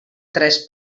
tres